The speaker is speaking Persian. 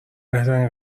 قسمت